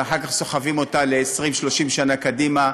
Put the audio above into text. ואחר כך סוחבים אותה ל-30-20 שנה קדימה,